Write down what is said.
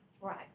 Right